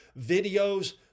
videos